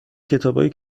کتابای